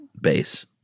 base